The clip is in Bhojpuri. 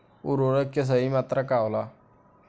उर्वरक के सही मात्रा का होला?